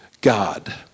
God